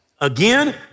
Again